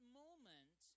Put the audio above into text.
moment